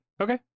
Okay